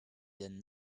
then